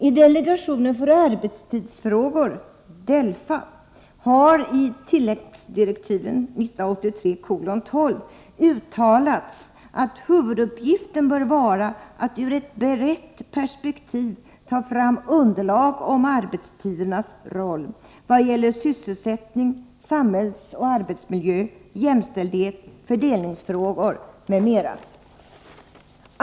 I delegationen för arbetstidsfrågor, DELFA, har i tilläggsdirektiven 1983:12 uttalats att huvuduppgiften bör vara att ur ett brett perspektiv ta fram underlag om arbetstidernas roll vad gäller sysselsättning, samhällsoch arbetsmiljö, jämställdhet, fördelningsfrågor m.m.